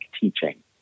teaching